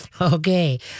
okay